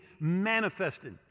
manifested